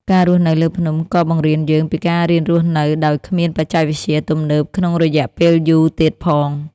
ការរស់នៅលើភ្នំ ក៏បង្រៀនយើងពីការរៀនរស់នៅដោយគ្មានបច្ចេកវិទ្យាទំនើបក្នុងរយៈពេលយូរទៀតផង។